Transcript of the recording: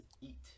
eat